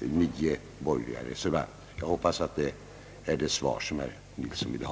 9 borgerliga reservanter. Jag hoppas att detta är det svar som herr Nilsson ville ha.